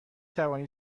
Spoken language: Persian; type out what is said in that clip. توانید